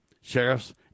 Sheriffs